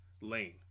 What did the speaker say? lane